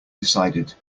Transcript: decided